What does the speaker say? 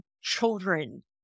children